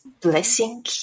blessing